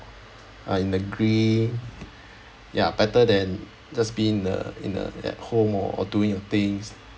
uh in the green ya better than just be in the in the at home or or doing your things